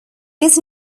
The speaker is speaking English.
this